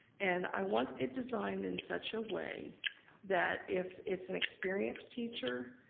and i want it designed in such a way that, if it's an experienced teacher,